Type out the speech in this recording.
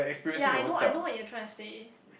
ya I know I know what you're trying to say